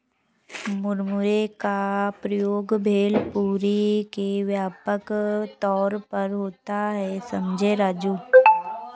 मुरमुरे का प्रयोग भेलपुरी में व्यापक तौर पर होता है समझे राजू